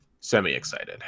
Semi-excited